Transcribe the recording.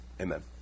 amen